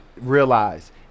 realize